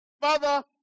father